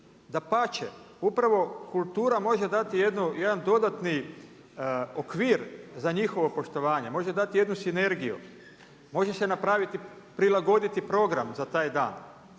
Dapače, upravo kultura može dati jedan dodatni okvir za njihovo poštovane, može dati jednu sinergiju, može se napraviti, prilagoditi program za taj dan.